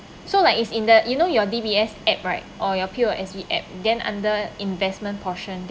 so like it's in the you know your D_B_S app right or your P_O_S_B app then under investment portion